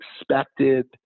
expected